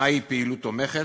מהי פעילות תומכת,